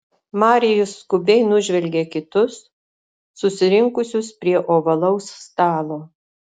marijus skubiai nužvelgė kitus susirinkusius prie ovalaus stalo